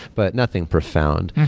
but nothing profound.